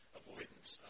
avoidance